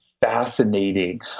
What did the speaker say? fascinating